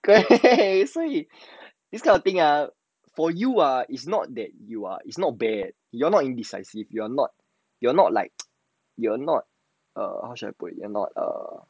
所以 this kind of thing ah for you ah is not that you are it's not bad you are not indecisive you're not you're not like err how should I put it